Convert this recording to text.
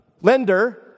lender